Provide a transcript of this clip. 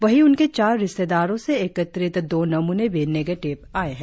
वहीं उनके चार रिश्तेदारों से एकत्रित दो नमूने भी निगेटिव आएं है